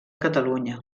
catalunya